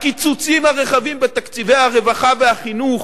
הקיצוצים הרחבים בתקציבי הרווחה והחינוך